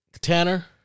tanner